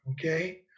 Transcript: Okay